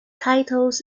titles